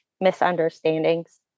misunderstandings